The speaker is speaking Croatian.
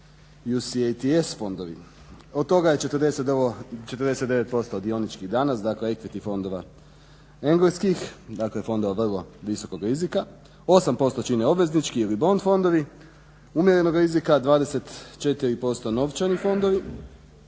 UCITS fondovi. Od toga je 49% dioničkih danas dakle …/Govornik se ne razumije./… engleskih dakle fondova vrlo visokih rizika, 8% čine obveznički ili bond fondovi umjerenog rizika, 24% novčani fondovi